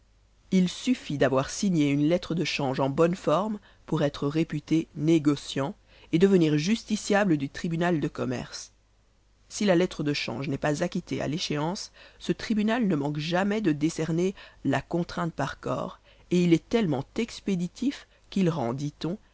il suffit d'avoir signé une lettre de change en bonne forme pour être réputé négociant et devenir justiciable du tribunal de commerce si la lettre de change n'est pas acquittée à l'échéance ce tribunal ne manque jamais de décerner la contrainte par corps et il est tellement expéditif qu'il rend dit-on